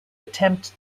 attempt